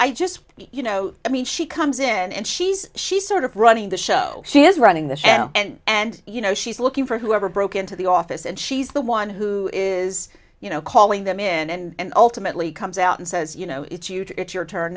i just you know i mean she comes in and she's she's sort of running the show she is running the show and you know she's looking for whoever broke into the office and she's the one who is you know calling them in and ultimately comes out and says you know it's huge it's your turn